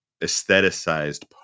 aestheticized